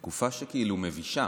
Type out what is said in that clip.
תקופה מבישה,